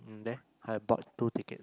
mm there I bought two tickets